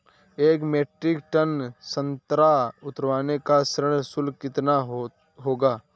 एक metric ton संतरा उतारने का श्रम शुल्क कितना होगा?